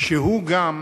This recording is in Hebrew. שהוא גם